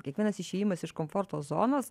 kiekvienas išėjimas iš komforto zonos